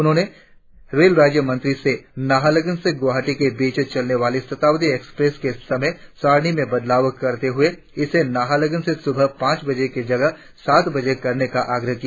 उन्होंने रेल राज्य मंत्री से नाहरलगुन से गुवाहाटी के बीच चलने वाली शताब्दी एक्सप्रेस के समय सारणी में बदलाव करते हुए इसे नाहरलगुन से सुबह पांच बजे की जगह सात बजे करने का आग्रह किया